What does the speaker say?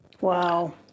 Wow